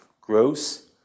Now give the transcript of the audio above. Gross